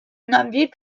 n’avais